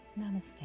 namaste